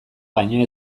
baino